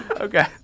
Okay